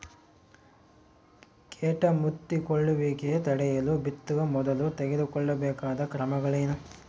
ಕೇಟ ಮುತ್ತಿಕೊಳ್ಳುವಿಕೆ ತಡೆಯಲು ಬಿತ್ತುವ ಮೊದಲು ತೆಗೆದುಕೊಳ್ಳಬೇಕಾದ ಕ್ರಮಗಳೇನು?